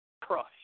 Crush